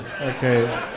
Okay